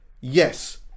yes